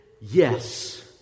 yes